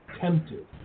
tempted